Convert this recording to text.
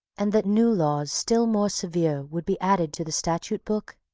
and that new laws still more severe would be added to the statute book?